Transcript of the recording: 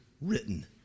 written